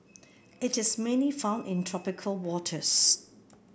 it is mainly found in tropical waters